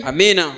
Amen